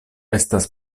estas